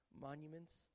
monuments